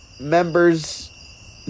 member's